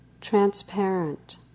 transparent